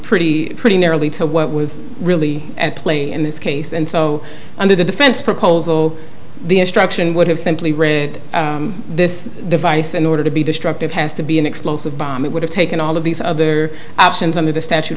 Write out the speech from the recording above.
pretty pretty nearly to what was really at play in this case and so on the defense proposal the instruction would have simply rid this device in order to be destructive has to be an explosive bomb it would have taken all of these other options of the statute